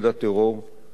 תמיד פעל לפי הכלל,